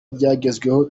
byagezweho